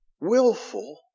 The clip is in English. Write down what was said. willful